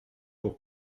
pour